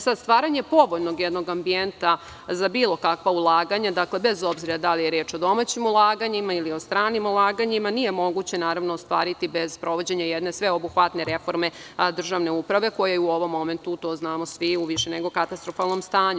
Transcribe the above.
Stvaranje jednog povoljnog ambijenta za bilo kakva ulaganja, bez obzira da li je reč o domaćim ulaganjima ili o stranim ulaganjima, nije moguće ostvariti bez sprovođenja jedne sveobuhvatne reforme državne uprave, koja je u ovom momentu, to znamo svi, u više nego katastrofalnom stanju.